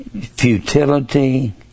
futility